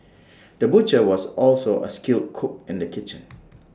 the butcher was also A skilled cook in the kitchen